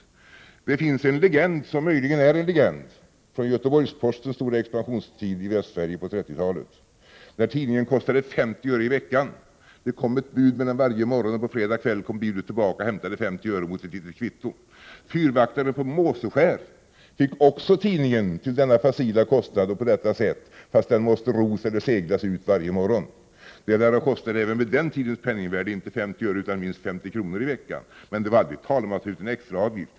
Men det finns en legend som möjligen är en legend från Göteborgs-Postens stora expansionstid i Västsverige på 1930-talet. Tidningen kostade 50 öre i veckan. Den kom med ett bud varje morgon. På fredagen kom budbilen tillbaka och hämtade 50 öre mot ett litet kvitto. Fyrvaktarna på Måsöskär fick också tidningen till denna facila kostnad och på det viset, fastän tidningen måste ros eller seglas ut varje morgon. Den lär ha kostat även i den tidens penningvärde inte 50 öre utan minst 50 kr. i veckan. Men det var aldrig tal om att ta någon extra avgift.